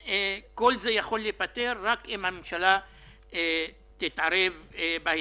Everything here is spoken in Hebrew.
כל זה יכול להיפתר רק אם הממשלה תתערב בהתאם.